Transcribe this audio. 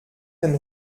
den